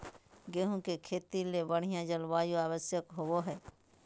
गेहूँ के खेती ले बढ़िया जलवायु आवश्यकता होबो हइ